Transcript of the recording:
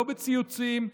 לא בציוצים,